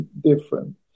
different